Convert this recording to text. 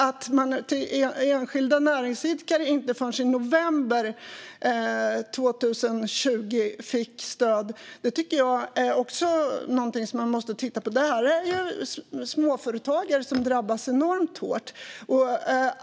Att enskilda näringsidkare inte fick stöd förrän i november 2020 tycker jag också är någonting som man måste titta på. Detta är ju småföretagare som drabbas enormt hårt.